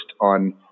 on